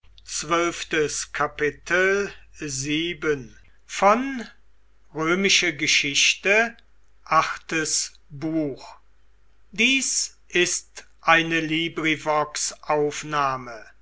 sind ist eine